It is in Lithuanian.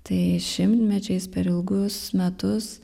tai šimtmečiais per ilgus metus